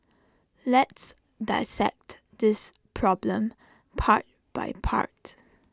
let's dissect this problem part by part